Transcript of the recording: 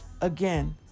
Again